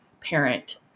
parent